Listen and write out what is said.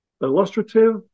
illustrative